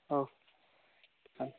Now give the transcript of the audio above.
ହଉ ହଁ